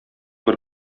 бер